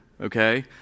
Okay